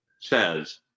says